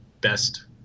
best